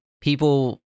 people